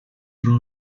pro